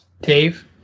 Dave